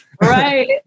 Right